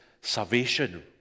salvation